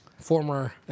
Former